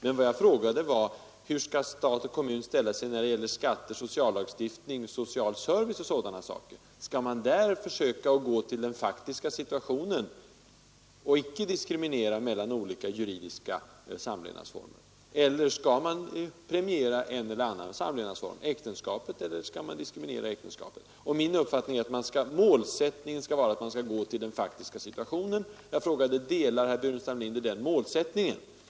Men vad jag frågade var: Hur skall stat och kommun ställa sig när det gäller skatter, sociallagstiftning, social service och sådana saker? Skall man där försöka att gå till den faktiska situationen, och inte diskriminera vissa juridiska samlevnadsformer? Skall man premiera en samlevnadsform — äktenskapet — eller skall man diskriminera äktenskapet? Min uppfattning är att målsättningen skall vara att gå till den faktiska situationen. Jag frågade: Delar herr Burenstam Linder uppfattningen att detta skall vara målsättningen?